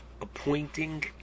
appointing